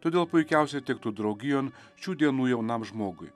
todėl puikiausiai tiktų draugijon šių dienų jaunam žmogui